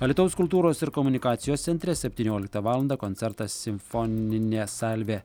alytaus kultūros ir komunikacijos centre septynioliktą valandą koncertas simfoninė salvė